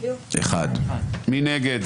באחד מההיבטים הקריטיים של המשטר.